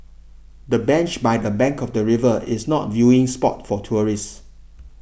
the bench by the bank of the river is not viewing spot for tourists